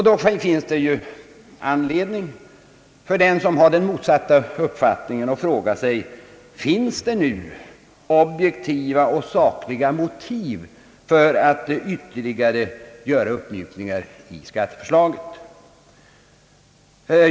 Då finns det ju anledning för dem som har den motsatta uppfattningen att fråga: Finns det nu objektiva och sakliga motiv för ytterligare uppmjukningar i skatteförslaget?